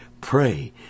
pray